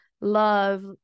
love